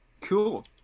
Cool